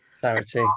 clarity